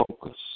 focus